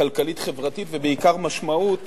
כלכלית חברתית ובעיקר משמעות